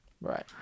Right